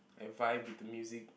and vibe with the music